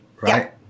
Right